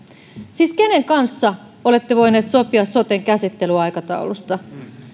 siis kenen kanssa olette voinut sopia soten käsittelyaikataulusta